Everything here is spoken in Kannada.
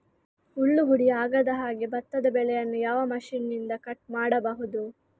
ಹುಲ್ಲು ಹುಡಿ ಆಗದಹಾಗೆ ಭತ್ತದ ಬೆಳೆಯನ್ನು ಯಾವ ಮಿಷನ್ನಿಂದ ಕಟ್ ಮಾಡಬಹುದು?